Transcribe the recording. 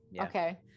Okay